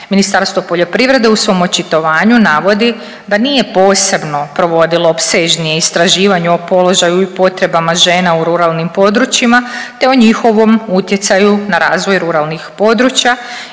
Ministarstvo poljoprivrede u svom očitovanju navodi da nije posebno provodilo opsežnije istraživanje o položaju i potrebama žena u ruralnim područjima te o njihovom utjecaju na razvoj ruralnih područja